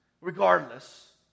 regardless